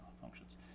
functions